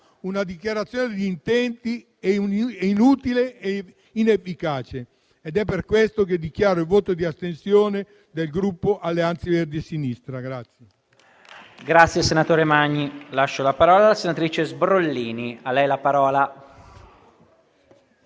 una dichiarazione di intenti inutile e inefficace. È per queste ragioni che dichiaro il voto di astensione del Gruppo Alleanza Verdi e Sinistra.